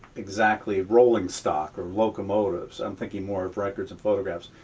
exactly rolling stock or locomotives? i'm thinking more of records and photographs.